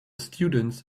students